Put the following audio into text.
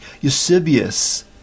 Eusebius